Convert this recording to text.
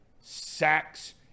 sacks